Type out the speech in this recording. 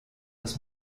dass